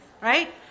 right